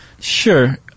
Sure